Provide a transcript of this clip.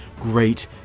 great